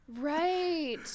right